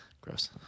Gross